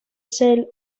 sale